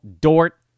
Dort